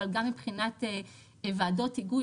אבל גם מבחינת ועדות היגוי,